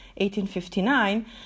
1859